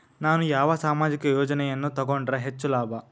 ನಾನು ಯಾವ ಸಾಮಾಜಿಕ ಯೋಜನೆಯನ್ನು ತಗೊಂಡರ ಹೆಚ್ಚು ಲಾಭ?